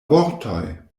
vortoj